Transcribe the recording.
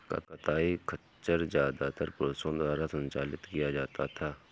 कताई खच्चर ज्यादातर पुरुषों द्वारा संचालित किया जाता था